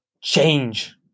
change